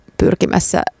pyrkimässä